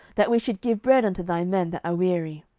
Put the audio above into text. that we should give bread unto thy men that are weary?